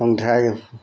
ꯂꯣꯡꯗ꯭ꯔꯥꯏ